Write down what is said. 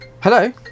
Hello